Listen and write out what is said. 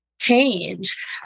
Change